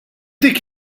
dik